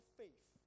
faith